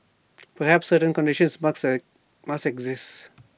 perhaps certain conditions must exist